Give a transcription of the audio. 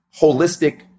holistic